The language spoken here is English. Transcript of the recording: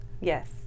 Yes